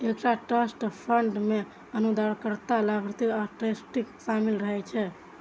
एकटा trust fund मे अनुदानकर्ता, लाभार्थी आ ट्रस्टी शामिल रहै छै